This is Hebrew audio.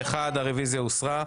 פה אחד הרוויזיה הוסרה.